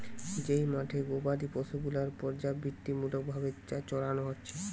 যেই মাঠে গোবাদি পশু গুলার পর্যাবৃত্তিমূলক ভাবে চরানো হচ্ছে